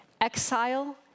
exile